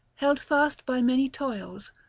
held fast by many toils,